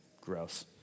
gross